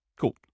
Cool